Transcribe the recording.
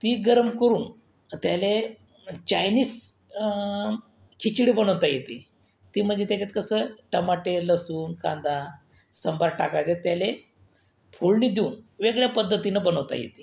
ती गरम करून त्यायले चायनीस खिचडी बनवता येते ती म्हणजे त्याच्यात कसं टमाटे लसून कांदा संबार टाकायचं त्यायले फोळनी देऊन वेगळ्या पद्धतीनं बनवता येते